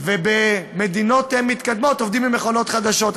ובמדינות מתקדמות עובדים עם מכונות חדשות,